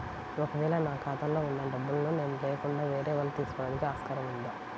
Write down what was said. ఒక వేళ నా ఖాతాలో వున్న డబ్బులను నేను లేకుండా వేరే వాళ్ళు తీసుకోవడానికి ఆస్కారం ఉందా?